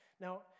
Now